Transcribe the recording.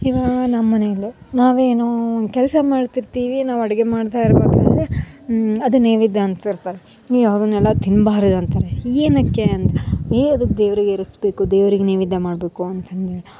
ಇವಾಗ ನಮ್ಮ ಮನೇಲೂ ನಾವೇ ಏನೋ ಕೆಲಸ ಮಾಡ್ತಿರ್ತೀವಿ ನಾವು ಅಡುಗೆ ಮಾಡ್ತಾಯಿರಬೇಕಾದ್ರೆ ಅದನ್ನ ನೈವೇದ್ಯ ಅಂತಿರ್ತಾರೆ ನೀನು ಅವನ್ನೆಲ್ಲ ತಿನ್ನಬಾರ್ದು ಅಂತಾರೆ ಏನಕ್ಕೆ ಅಂದ್ರೆ ಏ ಅದು ದೇವರಿಗೆ ಇರಿಸಬೇಕು ದೇವ್ರಿಗೆ ನೈವೇದ್ಯ ಮಾಡಬೇಕು ಅಂತಂದೇಳಿ